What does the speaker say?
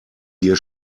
wir